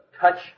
touch